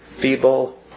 feeble